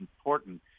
important